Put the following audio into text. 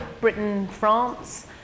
Britain-France